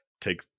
take